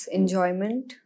enjoyment